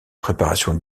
préparation